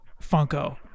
funko